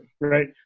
right